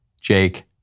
Jake